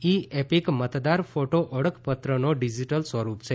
ઈ EPIC મતદાર photo ઓળખપત્રનો digital સ્વરૂપ છે